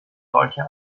solchen